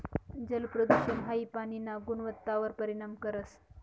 जलप्रदूषण हाई पाणीना गुणवत्तावर परिणाम करस